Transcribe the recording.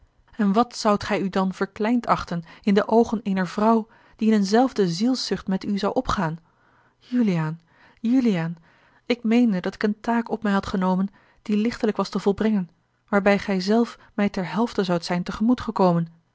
en wat zoudt gij u dan verkleind achten in de oogen eener trouw die in een zelfde zielszucht met u zou opgaan juliaan juliaan ik meende dat ik eene taak op mij had genomen die lichtelijk was te volbrengen waarbij gij zelf mij ter helfte zoudt zijn